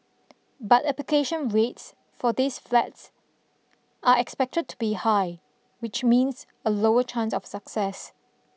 but application rates for these flats are expected to be high which means a lower chance of success